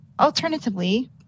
Alternatively